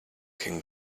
can